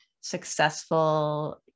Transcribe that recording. successful